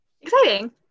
Exciting